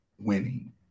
winning